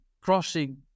crossing